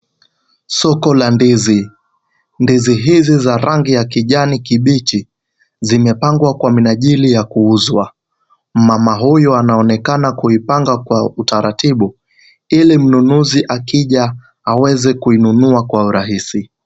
Soko la ndizi, ndizi hizi za rangi ya kijani kibichi, zimepangwa kwa minajili ya kuuzwa, mama huyo anaonekana kuipanga kwa utaratibu, ili mnunuzi akija, aweze kuinunua kwa urahisi.